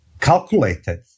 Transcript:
calculated